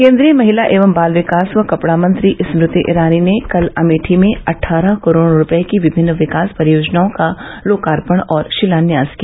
केन्द्रीय महिला एवं बाल विकास व कपड़ा मंत्री स्मृति ईरानी ने कल अमेठी में अठ्ठारह करोड़ रूपये की विभिन्न विकास परियोजनाओं का लोकार्पण और षिलान्यास किया